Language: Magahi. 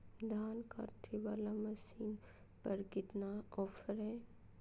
धान कटे बाला मसीन पर कितना ऑफर हाय?